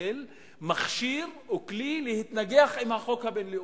ישראל מכשיר או כלי להתנגח עם החוק הבין-לאומי.